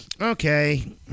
Okay